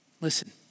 Listen